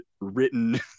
written